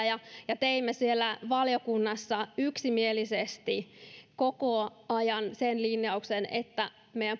ja ja teimme siellä valiokunnassa yksimielisesti koko ajan sen linjauksen että meidän